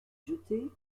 jetée